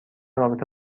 رابطه